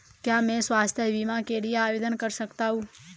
क्या मैं स्वास्थ्य बीमा के लिए आवेदन कर सकता हूँ?